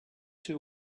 two